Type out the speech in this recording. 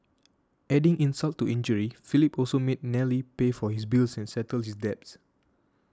adding insult to injury Philip also made Nellie pay for his bills and settle his debts